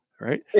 right